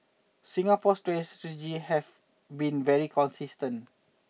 Singapore's strategy has been very consistent